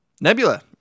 Nebula